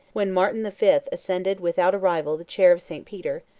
when martin the fifth ascended without a rival the chair of st. peter,